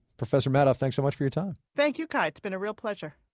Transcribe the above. professor madoff, thanks so much for your time thank you kai. it's been a real pleasure